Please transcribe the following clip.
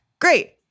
Great